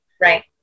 Right